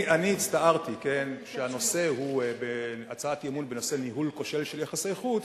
אני הצטערתי שהנושא הוא הצעת אי-אמון: "ניהול כושל של יחסי החוץ",